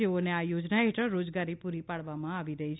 જેઓને આ યોજના હેઠળ રોજગારી પૂરી પાડવામાં આવી રહી છે